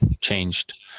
changed